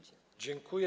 Dziękuję.